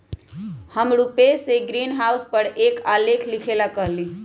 हम रूपेश से ग्रीनहाउस पर एक आलेख लिखेला कहली